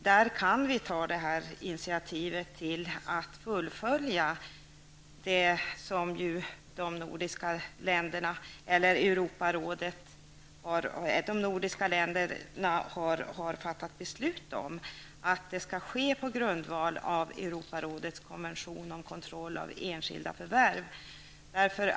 Där kan vi ta initiativet till att fullfölja det som de nordiska länderna har beslutat om, nämligen att ''en harmonisering av den nordiska vapenlagstiftningen bör ske på grundval av Europarådets konvention om kontroll av enskildas förvärv --.''